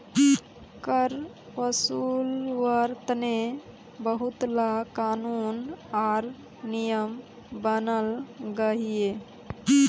कर वासूल्वार तने बहुत ला क़ानून आर नियम बनाल गहिये